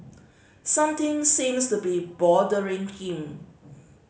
something seems to be bothering him